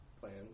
plans